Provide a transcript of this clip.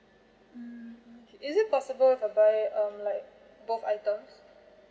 mm is it possible if I buy um like both items